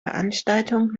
veranstaltung